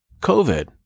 COVID